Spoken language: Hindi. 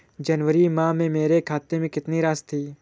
जनवरी माह में मेरे खाते में कितनी राशि थी?